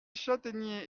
châtaignier